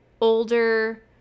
older